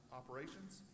operations